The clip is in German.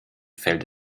fällt